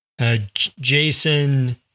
Jason